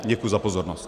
Děkuji za pozornost.